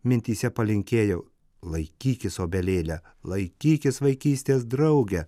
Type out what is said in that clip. mintyse palinkėjau laikykis obelėle laikykis vaikystės drauge